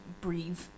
Breathe